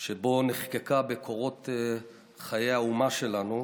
שבו נחקקה בקורות חיי האומה שלנו,